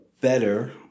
better